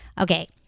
Okay